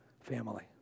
family